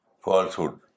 falsehood